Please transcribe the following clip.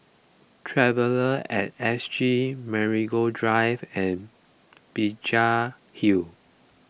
Traveller at S G Marigold Drive and Binjai Hill